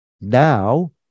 now